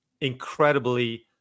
incredibly